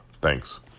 Thanks